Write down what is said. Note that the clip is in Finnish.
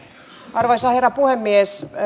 arvoisa herra puhemies